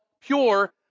pure